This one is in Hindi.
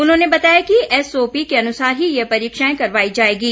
उन्होंने बताया कि एसओपी के अनुसार ही यह परीक्षाएं करवाई जाएंगी